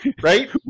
right